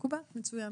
מצוין.